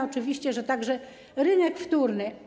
Oczywiście, że także rynek wtórny.